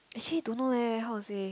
actually don't know leh how to say